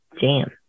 Jam